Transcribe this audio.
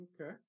Okay